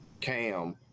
Cam